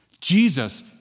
Jesus